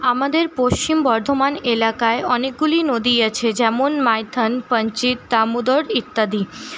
আমাদের পশ্চিম বর্ধমান এলাকায় অনেকগুলি নদী আছে যেমন মাইথন পাঞ্চেত দামোদর ইত্যাদি